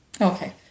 Okay